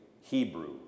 Hebrew